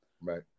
right